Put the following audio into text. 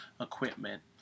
equipment